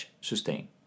sustain